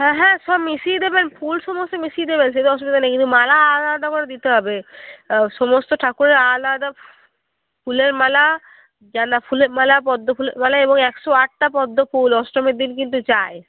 হ্যাঁ হ্যাঁ সব মিশিয়ে দেবেন ফুল সমস্ত মিশিয়ে দেবেন সে অসুবিধা নেই কিন্তু মালা আলাদা করে দিতে হবে সমস্ত ঠাকুরের আলাদা ফুলের মালা গেঁদাফুলের মালা পদ্মফুলের মালা এবং একশো আটটা পদ্মফুল অষ্টমীর দিন কিন্তু চাই